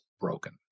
broken